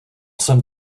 jsem